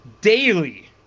daily